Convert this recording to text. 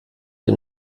dem